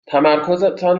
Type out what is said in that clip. تمرکزتان